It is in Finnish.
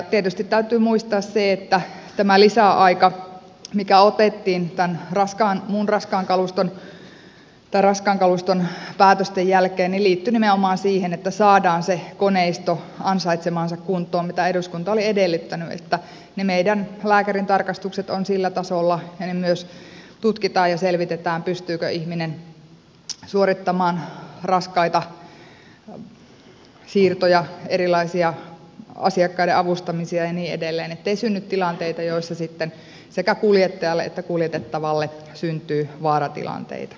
tietysti täytyy muistaa se että tämä lisäaika mikä otettiin raskaan kaluston päätösten jälkeen liittyi nimenomaan siihen että saadaan se koneisto ansaitsemaansa kuntoon mitä eduskunta oli edellyttänyt että ne meidän lääkärintarkastukset ovat sillä tasolla ja myös tutkitaan ja selvitetään pystyykö ihminen suorittamaan raskaita siirtoja erilaisia asiakkaiden avustamisia ja niin edelleen ettei synny tilanteita joissa sitten sekä kuljettajalle että kuljetettavalle syntyy vaaratilanteita